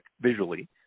visually